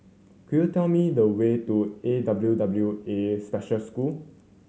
could you tell me the way to A W W A Special School